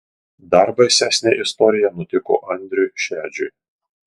dar baisesnė istorija nutiko andriui šedžiui